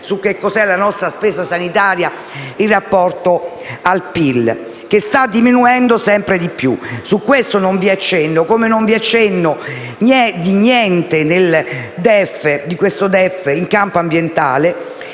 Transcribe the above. su cosa è la nostra spesa sanitaria in rapporto al PIL, che sta diminuendo sempre di più. Su questo non vi è cenno, come non vi è alcun cenno nel DEF in campo ambientale.